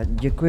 Děkuji.